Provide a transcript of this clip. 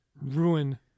ruin